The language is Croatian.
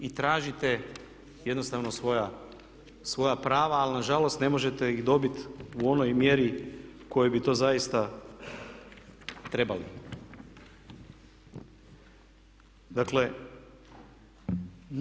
I tražite jednostavno svoja prava ali nažalost ne možete ih dobiti u onoj mjeri u kojoj bi to zaista trebali.